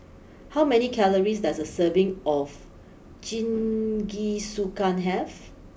how many calories does a serving of Jingisukan have